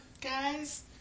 guys